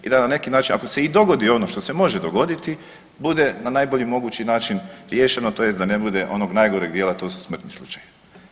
I da na neki način ako se i dogodi ono što se može dogoditi bude na najbolji mogući način riješeno, tj. da ne bude onog najgoreg dijela to su smrtni slučajevi.